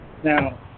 Now